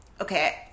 okay